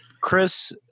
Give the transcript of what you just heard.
Chris